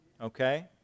okay